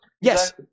Yes